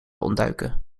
ontduiken